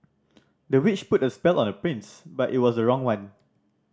the witch put a spell on the prince but it was the wrong one